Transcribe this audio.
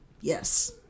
Yes